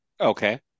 Okay